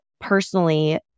personally